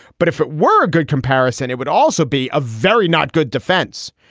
but if it were a good comparison, it would also be a very not good defense.